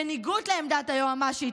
בניגוד לעמדת היועמ"שית,